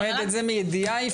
את אומרת את זה מידיעה יפעת?